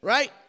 Right